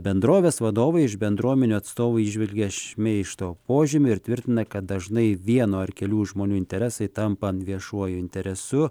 bendrovės vadovai iš bendruomenių atstovai įžvelgę šmeižto požymių ir tvirtina kad dažnai vieno ar kelių žmonių interesai tampa viešuoju interesu